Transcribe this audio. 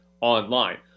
online